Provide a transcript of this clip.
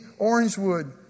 Orangewood